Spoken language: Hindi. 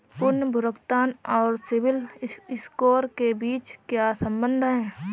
पुनर्भुगतान और सिबिल स्कोर के बीच क्या संबंध है?